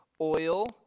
oil